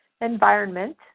environment